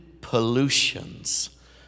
pollutions